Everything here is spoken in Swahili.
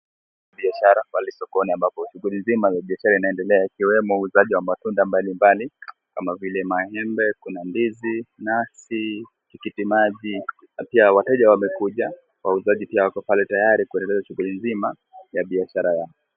Biashara pale sokoni ambapo shuguli nzima za biashara zinaendelea ikiwemo uuzaji wa matunda mbali mbali kama vile maembe, kuna ndizi, nasi, tikiti maji na pia wateja wamekuja wauzaji pia wako pale tayari kuendeleza shuguli nzima ya biashara yao.